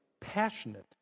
passionate